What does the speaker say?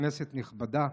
כנסת נכבדה,